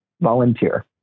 volunteer